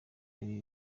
ibi